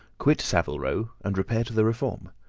quit saville row, and repair to the reform.